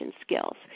skills